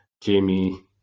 jamie